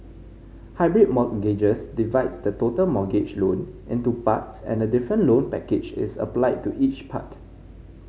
hybrid mortgages divides the total mortgage loan into parts and a different loan package is applied to each part